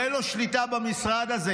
אין לו שליטה במשרד הזה.